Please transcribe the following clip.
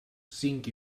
cinc